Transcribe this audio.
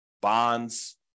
bonds